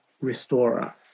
restorer